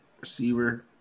Receiver